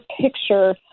picture